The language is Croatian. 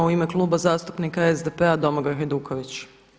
U ime Kluba zastupnika SDP a Domagoj Hajduković.